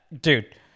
dude